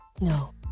No